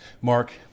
Mark